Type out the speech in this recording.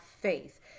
faith